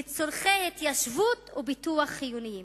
לצורכי התיישבות ופיתוח חיוניים.